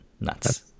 Nuts